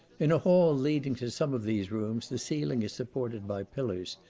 in a hall leading to some of these rooms, the ceiling is supported by pillars,